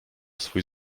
swój